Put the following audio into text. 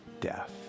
death